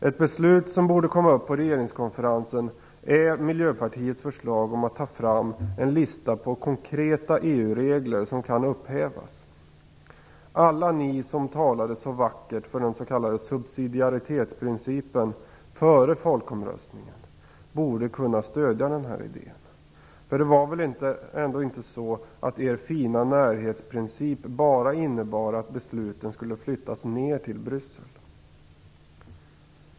Ett beslut som borde komma upp på regeringskonferensen är Miljöpartiets förslag om att ta fram en lista på konkreta EU-regler som kan upphävas. Alla ni som talade så vackert för den s.k. subsidiaritetsprincipen före folkomröstningen borde kunna stödja den här idén. För det var väl ändå inte så att er fina närhetsprincip bara innebar att besluten skulle flyttas ner till Bryssel?